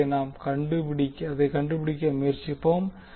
எனவே நாம் அதை கண்டுபிடிக்க முயற்சிப்போம்